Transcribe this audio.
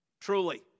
truly